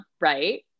Right